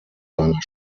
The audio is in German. seiner